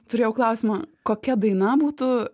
turėjau klausimą kokia daina būtų